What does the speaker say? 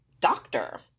doctor